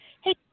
Hey